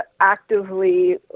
actively